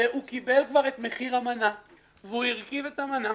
וקיבל כבר את מחיר המנה והרכיב את המנה